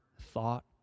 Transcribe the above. thought